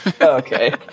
Okay